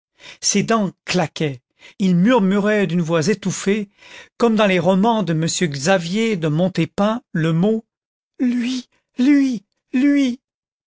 ses dents cla quaient il murmurait d'une voix étouffée comme dans les romans de m xavier de montépin le mot content from google book search generated at lui lui lui